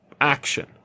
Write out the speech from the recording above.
action